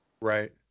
right